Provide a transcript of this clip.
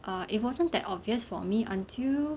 err it wasn't that obvious for me until